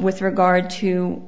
with regard to